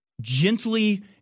gently